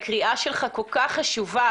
הקריאה שלך כל כך חשובה.